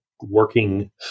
working